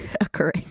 Occurring